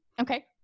Okay